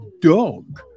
dog